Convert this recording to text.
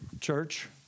church